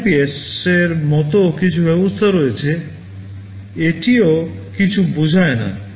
MIPS এর মতো কিছু ব্যবস্থা রয়েছে এটিও কিছু বোঝায় না